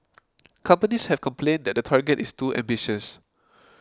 companies have complained that the target is too ambitious